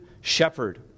shepherd